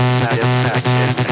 satisfaction